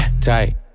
tight